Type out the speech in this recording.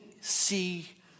see